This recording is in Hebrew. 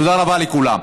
תודה רבה לכולם.